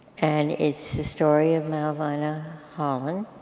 and it's the story of malvina harlan.